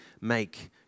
make